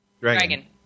Dragon